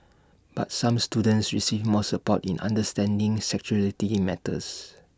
but some students receive more support in understanding sexuality matters